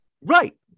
Right